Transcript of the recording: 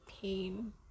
pain